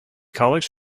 college